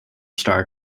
star